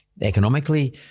economically